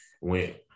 went